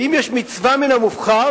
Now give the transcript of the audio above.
ואם יש מצווה מהמובחר,